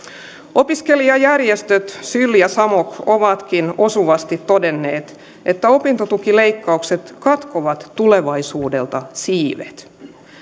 opiskelijajärjestöt syl ja samok ovatkin osuvasti todenneet että opintotukileikkaukset katkovat tulevaisuudelta siivet